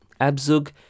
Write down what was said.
Abzug